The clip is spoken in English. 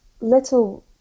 little